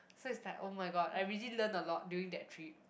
so it's like oh-my-god I really learn a lot during that trip